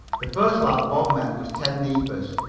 the first lad bob met was ted neefus.